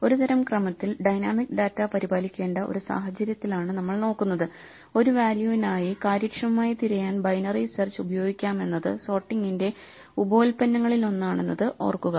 ഒരു തരം ക്രമത്തിൽ ഡൈനാമിക് ഡാറ്റ പരിപാലിക്കേണ്ട ഒരു സാഹചര്യത്തിലാണ് നമ്മൾ നോക്കുന്നത് ഒരു വാല്യൂനായി കാര്യക്ഷമമായി തിരയാൻ ബൈനറി സെർച്ച് ഉപയോഗിക്കാമെന്നത് സോർട്ടിങ്ങിന്റെ ഉപോൽപ്പന്നങ്ങളിലൊന്നാണെന്നത് ഓർക്കുക